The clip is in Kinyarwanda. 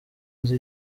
nzi